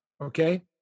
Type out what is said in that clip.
Okay